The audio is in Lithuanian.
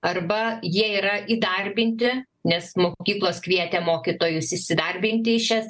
arba jie yra įdarbinti nes mokyklos kvietė mokytojus įsidarbinti į šias